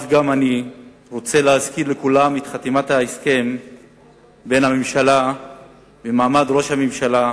אני רוצה להזכיר לכולם גם את חתימת ההסכם בין הממשלה במעמד ראש הממשלה,